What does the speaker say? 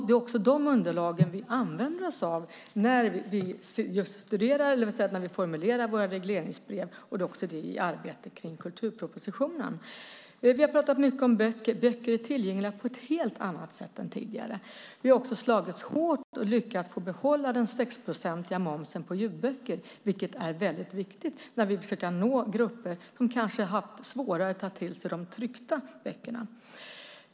Det är också de underlagen som vi använder oss av när vi formulerar våra regleringsbrev och i arbetet med kulturpropositionen. Vi har talat mycket om böcker. De är tillgängliga på ett helt annat sätt än tidigare. Vi har också slagits hårt för och lyckats få behålla den 6-procentiga momsen på ljudböcker, vilket är viktigt när vi vill försöka nå grupper som kanske har svårare att ta till sig de tryckta böckerna.